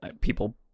people